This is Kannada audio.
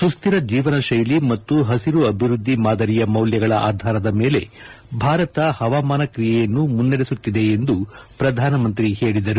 ಸುಸ್ತಿರ ಜೀವನಶೈಲಿ ಮತ್ತು ಪಸಿರು ಅಭಿವೃದ್ದಿ ಮಾದರಿಯ ಮೌಲ್ಯಗಳ ಆಧಾರದ ಮೇಲೆ ಭಾರತ ಹವಾಮಾನ ಕ್ರಿಯೆಯನ್ನು ಮುನ್ನಡೆಸುತ್ತಿದೆ ಎಂದು ಪ್ರಧಾನಮಂತ್ರಿ ಹೇಳಿದರು